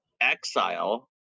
exile